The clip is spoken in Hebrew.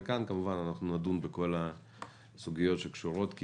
וכאן אנחנו נדון בכל הסוגיות שקשורות כי